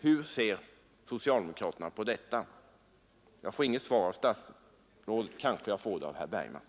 Hur ser socialdemokraterna på detta? Jag får inte något svar av statsrådet. Kanske jag kan få det av herr Bergman?